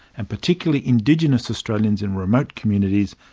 and particularly indigenous australians in remote communities,